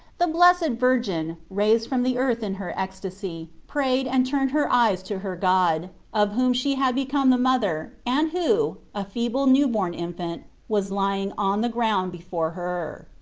the blessed virgin, raised from the earth in her ecstasy, prayed and turned her eyes to her god, of whom she had become the mother, and who, a feeble new-born infant, was lying on the ground before her.